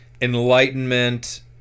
enlightenment